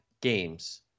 games